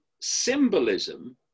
symbolism